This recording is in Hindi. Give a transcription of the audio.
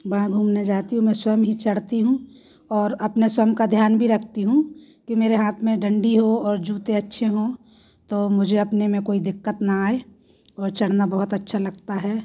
वहाँ घूमने जाती हूँ मैं स्वयं चढ़ती हूँ और अपने स्वयं का ध्यान भी रखती हूँ कि मेरे हाथ में डंडी हो और जूते अच्छे हो तो मुझे अपने में कोई दिक्कत ना आए और चलना बहुत अच्छा लगता है